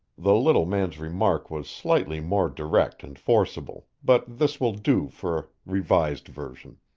the little man's remark was slightly more direct and forcible, but this will do for revised version.